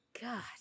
God